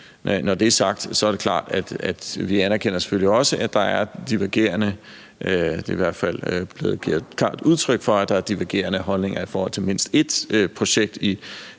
Når det er sagt, er det klart, at vi selvfølgelig også anerkender – det er der i hvert fald givet klart udtryk for – at der er divergerende holdninger i forhold til mindst ét projekt i